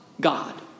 God